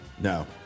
No